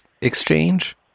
exchange